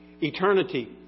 Eternity